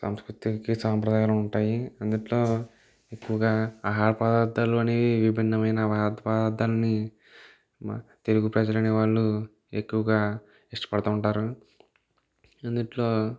సాంస్కృతి సాంప్రదాయాలు ఉంటాయి అందులో ఎక్కువగా ఆహార పదార్ధాలు అనేవి విభిన్నమైన ఆహార పదార్ధాన్ని తెలుగు ప్రజలు అనేవాళ్ళు ఎక్కువగా ఇష్టపడుతు ఉంటారు ఇందులో